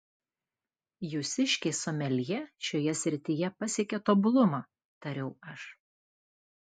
jūsiškiai someljė šioje srityje pasiekė tobulumą tariau aš